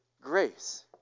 grace